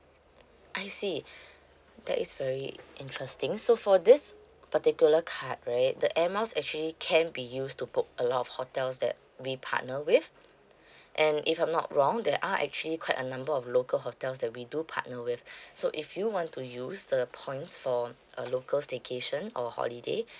I see that is very interesting so for this particular card right the air miles actually can be used to book a lot of hotels that we partner with and if I'm not wrong there are actually quite a number of local hotels that we do partner with so if you want to use the points for a local staycation or holiday